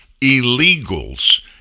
illegals